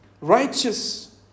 righteous